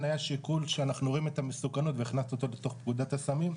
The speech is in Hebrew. היה שיקול שאנחנו רואים את המסוכנות והכנסנו אותו לתוך פקודת הסמים,